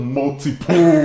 multiple